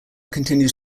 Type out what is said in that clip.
continues